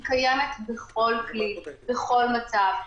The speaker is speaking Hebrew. היא קיימת בכל כלי, בכל מצב.